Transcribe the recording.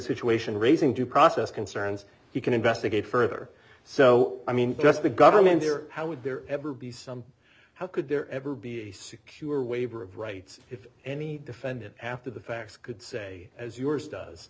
situation raising due process concerns you can investigate further so i mean just the government there how would there ever be some how could there ever be a secure waiver of rights if any defendant after the facts could say as yours does